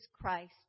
Christ